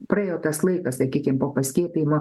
praėjo tas laikas sakykim po paskiepijimo